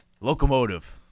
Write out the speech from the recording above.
Locomotive